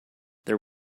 there